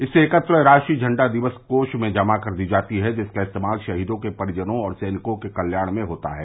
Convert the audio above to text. इससे एकत्र राशि झंडा दिवस कोष में जमा कर दी जाती है जिसका इस्तेमाल शहीदों के परिजनों और सैनिकों के कल्याण में होता है